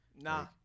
Nah